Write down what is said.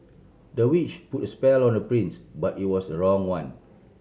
the witch put a spell on the prince but it was the wrong one